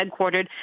headquartered